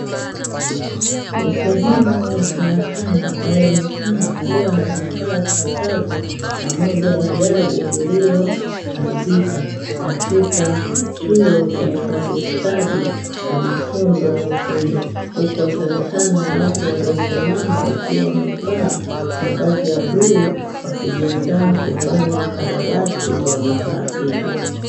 Ni sehemu ya karakana inayoonekana kuwa na vifaa chakavu na moja ya gari lililoharibika katika chuo cha ufundi stadi na mafunzo ya ufundi, huku wakionekana watu waliosimama wakiwa wamevaa mavazi ya bluu wakijiandaa kufanya ukarabati wa vifaa hivyo.